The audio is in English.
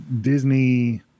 Disney